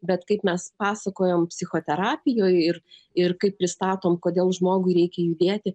bet kaip mes pasakojam psichoterapijoj ir ir kaip pristatom kodėl žmogui reikia judėti